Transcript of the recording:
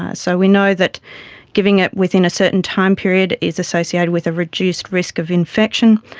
so we know that giving it within a certain time period is associated with a reduced risk of infection,